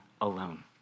alone